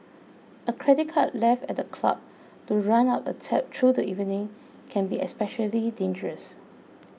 a credit card left at the club to run up a tab through the evening can be especially dangerous